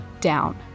down